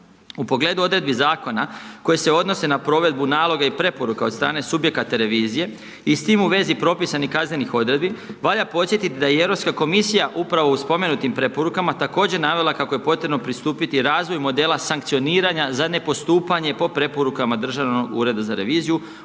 U pogledu odredbe zakona, koji se odnose na provedbe naloga i preporuka od strane subjekata revizije i s tim u vezi propisanih kaznenih odredbi, valja podsjetiti da i Europska komisija, upravo u spomenutim preporukama, također navela, kako je potrebno pristupiti razvoju modela sankcioniranja za nepostupanje po preporukama Državnog ureda za reviziju